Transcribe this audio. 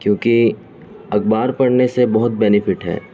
کیونکہ اخبار پڑھنے سے بہت بینیفٹ ہے